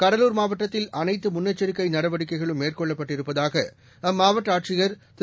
கடலூர் மாவட்டத்தில் அனைத்துமுன்னெச்சரிக்கைநடவடிக்கைளும் மேற்கொள்ளப்பட்டிருப்பதாகஅம்மாவட்டஆட்சியர் திரு